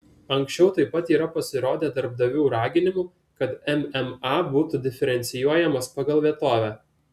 anksčiau taip pat yra pasirodę darbdavių raginimų kad mma būtų diferencijuojamas pagal vietovę